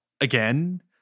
again